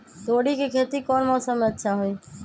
तोड़ी के खेती कौन मौसम में अच्छा होई?